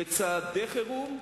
בצעדי חירום,